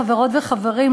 חברות וחברים,